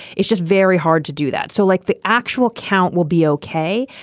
it's just very hard to do that. so like the actual count will be okay.